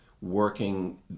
working